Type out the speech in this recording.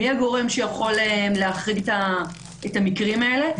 מי הגורם שיכול להחריג את המקרים האלה,